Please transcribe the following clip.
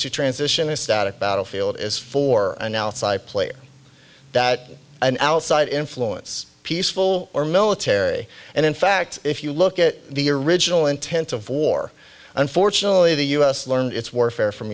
to transition a static battlefield is for an outside player that an outside influence peaceful or military and in fact if you look at the original intent of war unfortunately the u s learned its were fair from